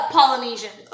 Polynesian